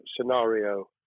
scenario